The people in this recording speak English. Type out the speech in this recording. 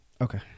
Okay